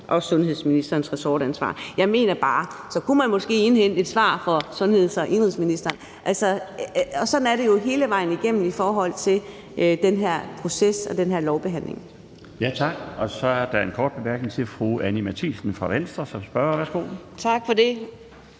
og sundhedsministerens ressortansvar.« Jeg mener bare, at så kunne man måske indhente et svar fra indenrigs- og sundhedsministeren. Og sådan er det jo hele vejen igennem i forhold til den her proces og den her lovbehandling. Kl. 11:51 Den fg. formand (Bjarne Laustsen): Tak. Så er der en kort bemærkning til fru Anni Matthiesen fra Venstre som spørger. Værsgo. Kl.